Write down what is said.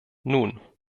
nun